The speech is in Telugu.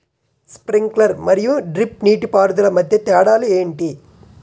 స్ప్రింక్లర్ మరియు డ్రిప్ నీటిపారుదల మధ్య తేడాలు ఏంటి?